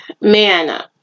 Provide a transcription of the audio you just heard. man